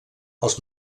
els